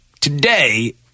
Today